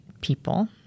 people